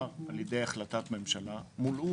מפא"ר על ידי החלטת ממשלה מולאו.